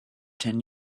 ten